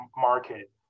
market